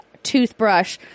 toothbrush